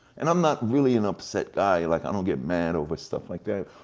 and i'm not really an upset guy, like i don't get mad over stuff like that.